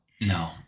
no